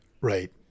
Right